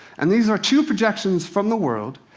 and these are two projections from the world.